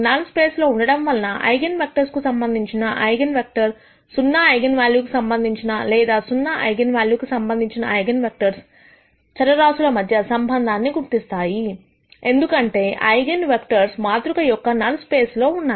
null space లో ఉండడంవల్ల eigen vector కు సంబంధించిన ఐగన్ వెక్టర్ సున్నా ఐగన్ వాల్యూ కు సంబంధించిన లేదా సున్నా ఐగన్ వాల్యూస్ కు సంబంధించిన ఐగన్ వెక్టర్స్ చర రాశుల మధ్య సంబంధాన్ని గుర్తిస్తాయి ఎందుకంటే ఐగన్ వెక్టర్స్ మాతృక యొక్క నల్ స్పేస్ లో ఉన్నాయి